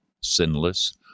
sinless